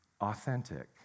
authentic